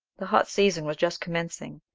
the hot season was just commencing,